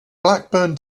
blackburn